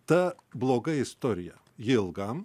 ta bloga istorija ji ilgam